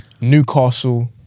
Newcastle